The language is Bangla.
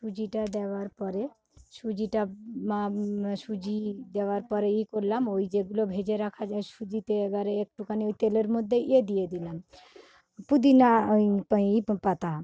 সুজিটা দেওয়ার পরে সুজিটা বা সুজি দেওয়ার পরে ইয়ে করলাম ওই যেগুলো ভেজে রাখা যা সুজিতে এবারে একটুখানি ওই তেলের মধ্যে ইয়ে দিয়ে দিলাম পুদিনা ওই পাতা